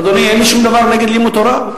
אדוני, אין לי שום דבר נגד לימוד תורה.